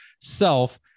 Self